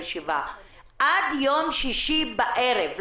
עד יום שישי בערב,